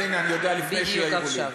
אז הנה, אני יודע לפני שאומרים לי.